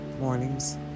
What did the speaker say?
Mornings